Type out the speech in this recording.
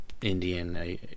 Indian